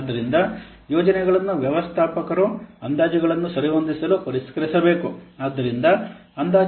ಆದ್ದರಿಂದ ಯೋಜನೆಗಳನ್ನು ವ್ಯವಸ್ಥಾಪಕರು ಅಂದಾಜುಗಳನ್ನು ಸರಿಹೊಂದಿಸಲು ಪರಿಷ್ಕರಿಸಬೇಕು